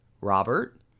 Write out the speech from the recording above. Robert